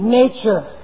nature